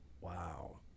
Wow